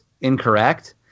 incorrect